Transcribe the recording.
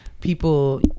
people